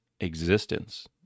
existence